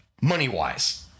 money-wise